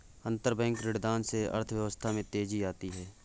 अंतरबैंक ऋणदान से अर्थव्यवस्था में तेजी आती है